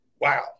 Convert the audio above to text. wow